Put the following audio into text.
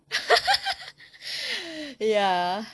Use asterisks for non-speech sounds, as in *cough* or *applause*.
*laughs* ya